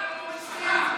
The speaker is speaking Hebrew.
שחט משפחה,